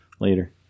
later